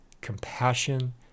compassion